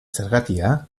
zergatia